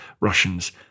Russians